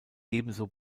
ebenso